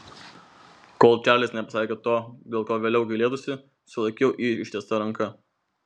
kol čarlis nepasakė to dėl ko vėliau gailėtųsi sulaikiau jį ištiesta ranka